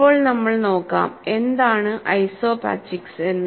ഇപ്പോൾ നമ്മൾ നോക്കാം എന്താണ് ഐസോപാച്ചിക്സ് എന്ന്